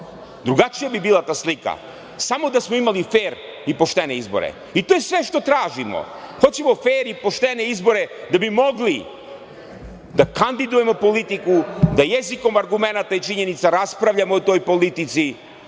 Drugačija bi bila ta slika samo da smo imali fer i poštene izbore. To je sve što tražimo. Hoćemo fer i poštene izbore da bi mogli da kandidujemo politiku, da jezikom argumenata i činjenica raspravljamo o toj politici,